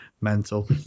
Mental